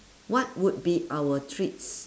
what would be our treats